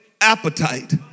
appetite